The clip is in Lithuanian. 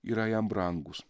yra jam brangūs